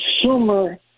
consumer